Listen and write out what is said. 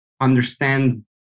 understand